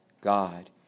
God